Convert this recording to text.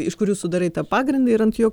iš kurių sudarai tą pagrindą ir ant jo